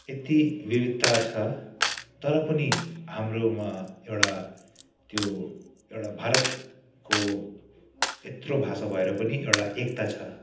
यति विविधता छ तर पनि हाम्रोमा एउटा त्यो एउटा भारतको यत्रो भाषा भएर पनि एउटा एकता छ